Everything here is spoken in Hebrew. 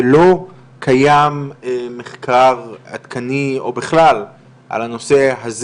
ולא קיים מחקר עדכני או בכלל על הנושא הזה